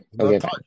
Okay